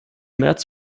märz